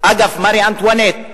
אגב מרי אנטואנט,